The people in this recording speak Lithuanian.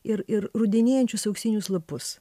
ir ir rudenėjančius auksinius lapus